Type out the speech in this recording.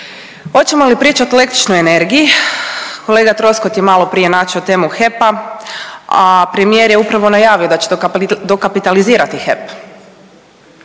Hoćemo li pričat o električnoj energiji, kolega Troskot je maloprije načeo temu HEP-a, a premijer je upravo najavio da će dokapitalizirati HEP.